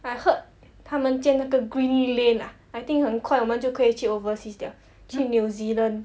I heard 他们建那个 green lane ah I think 很快我们就可以去 overseas liao 去 new zealand